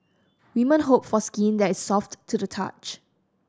women hope for skin that is soft to the touch